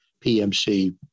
PMC